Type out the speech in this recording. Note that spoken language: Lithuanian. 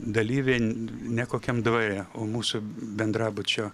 dalyviai ne kokiam dvare o mūsų bendrabučio